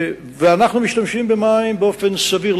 ואנחנו משתמשים במים באופן סביר,